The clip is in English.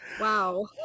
Wow